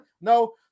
No